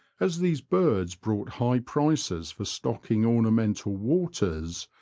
as these birds brought high prices for stocking ornamental waters,